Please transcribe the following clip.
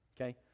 Okay